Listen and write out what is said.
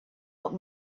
old